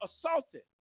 assaulted